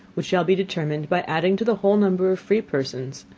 which shall be determined by adding to the whole number of free persons,